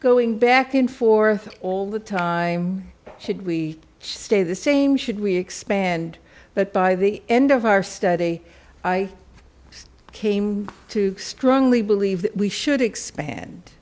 going back and forth all the time should we stay the same should we expand but by the end of our study i came to strongly believe that we should expand